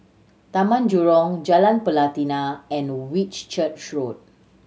Taman Jurong Jalan Pelatina and Whitchurch Road